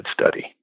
study